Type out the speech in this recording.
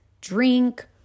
drink